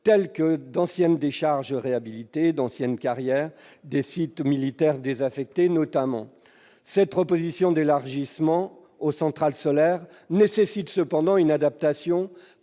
tels que d'anciennes décharges réhabilitées, d'anciennes carrières ou des sites militaires désaffectés. Cette proposition d'élargissement aux centrales solaires nécessite cependant une adaptation